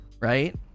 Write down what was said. right